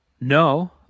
No